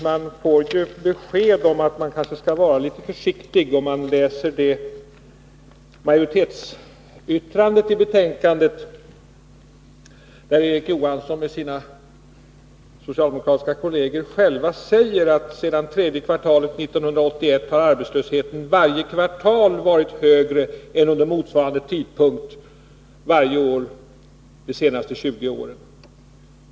Man får ju besked om att man kanske skall vara litet försiktig när man läser majoritetsyttrandet i betänkandet, där Erik Johansson med sina socialdemokratiska kolleger själv säger att sedan tredje kvartalet 1981 har arbetslösheten varje kvartal varit högre än vid motsvarande tidpunkt varje år de senaste 20 åren.